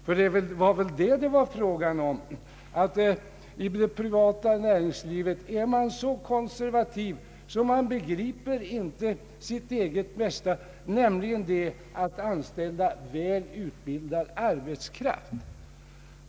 Vad det var frågan om var väl att man i det privata näringslivet är så konservativ, att man inte begriper sitt eget bästa, nämligen att anställa välutbildad arbetskraft.